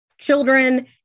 Children